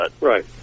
right